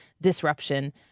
disruption